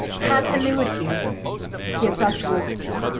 continuity gives us roots.